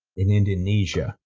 in indonesia.